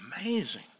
amazing